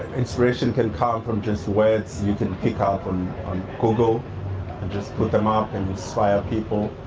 inspiration can come from just words you can pick ah up um on google, and just put them up and inspire people.